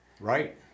Right